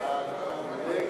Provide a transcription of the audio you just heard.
אוקיי,